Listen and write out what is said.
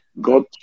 God